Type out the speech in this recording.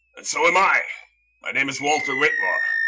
and so am i my name is walter whitmore.